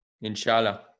Inshallah